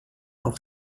auf